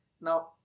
now